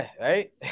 right